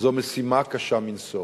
זו משימה קשה מנשוא.